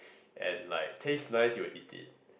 and like taste nice you will eat it